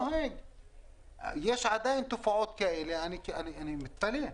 עדין יש תופעות כאלה ואני מתפלא.